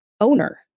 owner